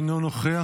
אינו נוכח.